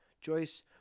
Joyce